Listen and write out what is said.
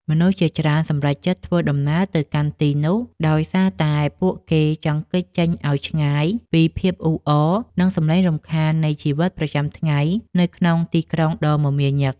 មនុស្សជាច្រើនសម្រេចចិត្តធ្វើដំណើរទៅកាន់ទីនោះដោយសារតែពួកគេចង់គេចចេញឱ្យឆ្ងាយពីភាពអ៊ូអរ និង សំឡេងរំខាននៃជីវិតប្រចាំថ្ងៃនៅក្នុងទីក្រុងដ៏មមាញឹក។